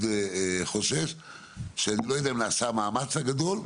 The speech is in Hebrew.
חושש ואני לא יודע אם נעשה המאמץ הגדול.